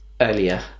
earlier